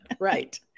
Right